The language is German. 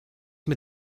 mit